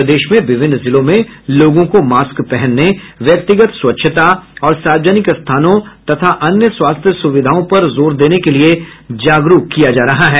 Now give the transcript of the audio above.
प्रदेश में विभिन्न जिलों में लोगों को मास्क पहनने व्यक्तिगत स्वच्छता और सार्वजनिक स्थानों और अन्य स्वास्थ्य सुविधाओं पर जोर देने के लिए जागरूक किया जा रहा है